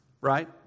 right